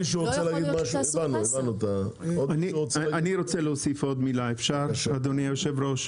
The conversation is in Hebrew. אני רוצה להוסיף עוד מילה, אדוני היושב-ראש.